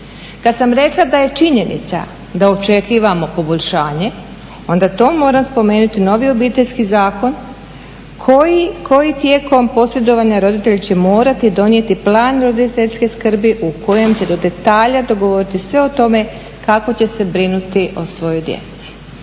Kad sam rekla da je činjenica da očekujemo poboljšanje onda tu moram spomenuti i novi Obiteljski zakon koji tijekom posredovanja roditelja će morati donijeti plan roditeljske skrbi u kojem će do detalja dogovoriti sve o tome kako će se brinuti o svojoj djeci.